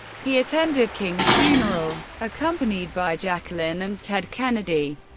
he attended king's funeral, accompanied by jacqueline and ted kennedy.